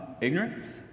ignorance